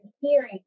hearing